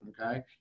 Okay